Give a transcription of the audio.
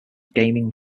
gaming